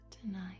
tonight